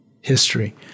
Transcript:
history